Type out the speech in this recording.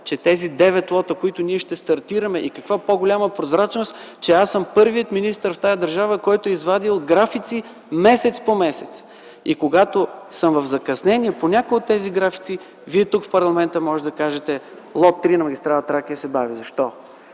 че тези девет лота, които ние ще стартираме ... Каква по-голяма прозрачност, че аз съм първият министър в тази държава, който е извадил графици месец по месец. Когато съм в закъснение по някой от тези графици, вие тук в парламента можете да кажете: „Лот-3 на магистрала „Тракия” се бави. Защо?”